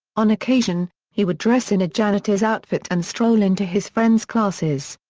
on occasion, he would dress in a janitor's outfit and stroll into his friends' classes.